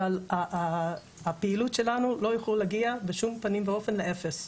אבל הפעילות שלנו לא יכולה להגיע בשום פנים ואופן לאפס.